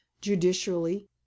judicially